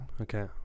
Okay